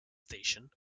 station